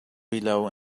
below